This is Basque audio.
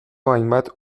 hainbat